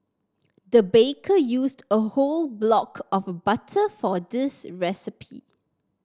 the baker used a whole block of butter for this recipe